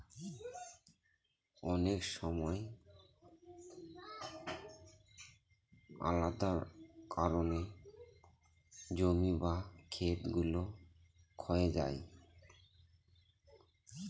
অনেক সময় আলাদা কারনে জমি বা খেত গুলো ক্ষয়ে যায়